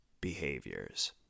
behaviors